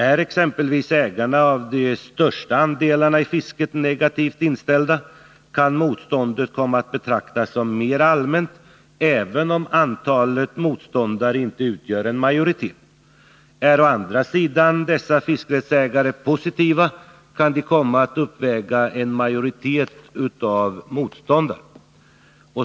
Är exempelvis ägarna av de större andelarna i fisket negativt inställda, kan motståndet komma att betraktas som mera allmänt, även om antalet motståndare inte utgör en majoritet. Är å andra sidan dessa fiskerättsägare positiva, kan de komma att uppväga en majoritet av motståndare.